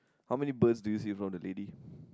how many birds do you see from the dairy